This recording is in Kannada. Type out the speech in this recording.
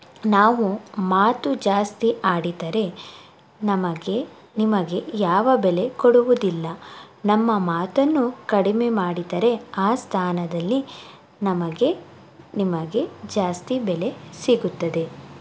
ನಾವು ಮಾತು ಜಾಸ್ತಿ ಆಡಿದರೆ ನಮಗೆ ನಿಮಗೆ ಯಾವ ಬೆಲೆ ಕೊಡುವುದಿಲ್ಲ ನಮ್ಮ ಮಾತನ್ನು ಕಡಿಮೆ ಮಾಡಿದರೆ ಆ ಸ್ಥಾನದಲ್ಲಿ ನಮಗೆ ನಿಮಗೆ ಜಾಸ್ತಿ ಬೆಲೆ ಸಿಗುತ್ತದೆ